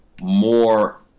more